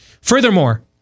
Furthermore